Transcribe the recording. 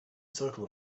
circle